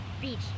Beach